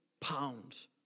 pounds